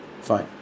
fine